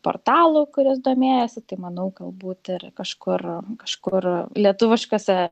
portalų kuris domėjosi tai manau galbūt ir kažkur kažkur lietuviškuose